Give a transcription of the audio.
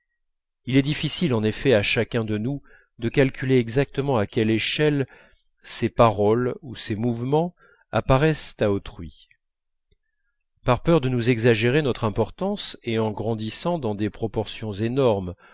il est difficile en effet à chacun de nous de calculer exactement à quelle échelle ses paroles ou ses mouvements apparaissent à autrui par peur de nous exagérer notre importance et en grandissant dans des proportions énormes